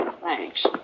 Thanks